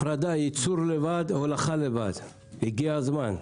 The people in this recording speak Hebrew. הפרדה, ייצור לבד והולכה לבד, הגיע הזמן.